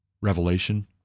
Revelation